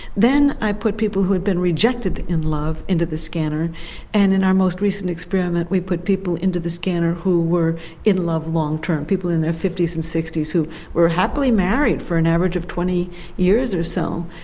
then i put people who had been rejected in love into the scanner and in our most recent experiment we put people into the scanner who were in love long term, people in their fifty s and sixty so who were happily married for an average of twenty years or so,